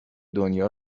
دنیا